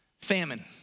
famine